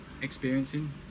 experiencing